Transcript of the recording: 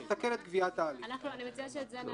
תסכל את גביית ההליך." אני מציעה שאת זה נעביר,